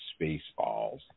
Spaceballs